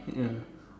ya